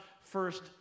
first